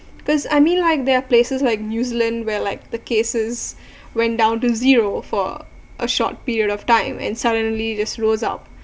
cause I mean like there are places like new zealand where like the cases when down to zero for a short period of time and suddenly just goes up